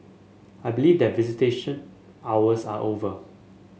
I believe that visitation hours are over